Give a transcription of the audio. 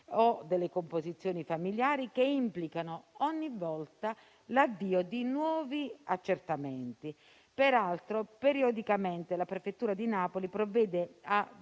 o delle composizioni familiari, che implicano ogni volta l'avvio di nuovi accertamenti. Peraltro, periodicamente la prefettura di Napoli provvede a